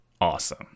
awesome